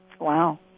Wow